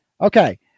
Okay